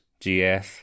GF